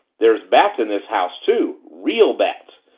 there's bats in this house, too real bats,